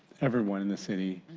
everyone in the city.